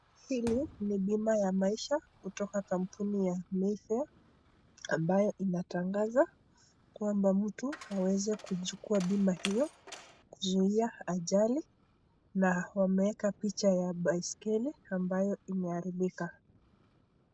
Hili ni bima ya maisha kutoka kampuni ya Mayfair ambayo inatangaza kwamba mtu anaweza kuchukua bima hiyo kuzuia ajali na wameweka picha ya baiskeli ambayo imeharibika.